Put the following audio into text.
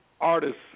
artists